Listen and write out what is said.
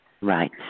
Right